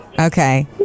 Okay